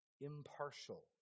impartial